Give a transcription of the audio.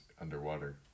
underwater